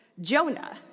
Jonah